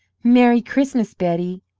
merry christmas, betty,